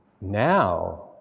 Now